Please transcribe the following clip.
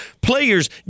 players